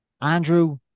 Andrew